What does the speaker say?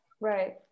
Right